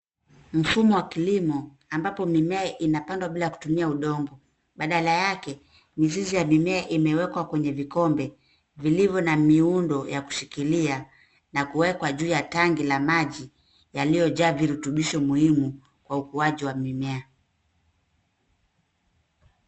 Mfumo wa kilimo, ambapo mimea inapandwa bila kutumia udongo. Badala yake, mizizi ya mimea imewekwa kwenye vikombe, vilivyo na miundo ya kushikilia, na kuwekwa juu ya tangi la maji, yaliyojaa virutubisho muhimu, kwa ukuaji wa mimea.